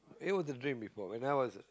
it was a dream before when I was